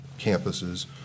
campuses